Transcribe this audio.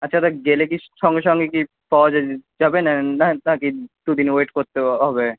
আচ্ছা দাদা গেলে কি সঙ্গে সঙ্গে কি পাওয়া যাবে নাকি দু দিন ওয়েট করতে হবে